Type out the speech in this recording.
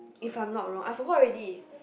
if I am not wrong I forgot already